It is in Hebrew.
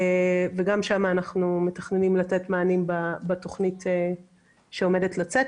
גם שם אנחנו מתכננים לתת מענים בתכנית שעומדת לצאת.